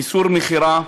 איסור מכירה,